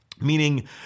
Meaning